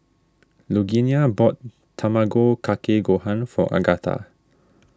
Lugenia bought Tamago Kake Gohan for Agatha